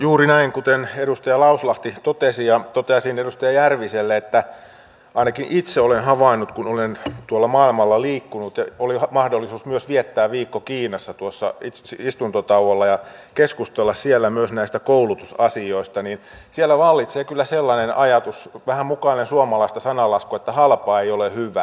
juuri näin kuten edustaja lauslahti totesi ja toteaisin edustaja järviselle että ainakin itse olen havainnut kun olen tuolla maailmalla liikkunut ja oli mahdollisuus viettää viikko myös kiinassa istuntotauolla ja keskustella siellä myös näistä koulutusasioista että siellä vallitsee kyllä sellainen ajatus vähän mukaillen suomalaista sananlaskua että halpa ei ole hyvää